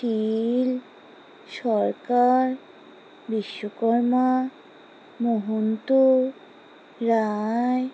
Shil Sarkar Biswakarma Mahanta Roy